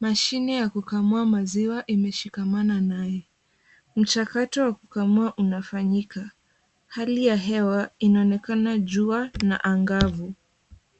Mashine ya kukamua maziwa imeshikamana naye. Mchakato wa kukamua unafanyika hali ya hewa inaonekana jua na angavu.